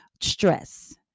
stress